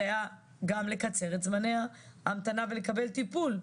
היה גם לקצר את זמני ההמתנה ולקבל טיפול,